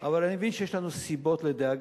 אבל אני מבין שיש לנו סיבות לדאגה,